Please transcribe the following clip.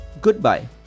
goodbye